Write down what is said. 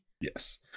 Yes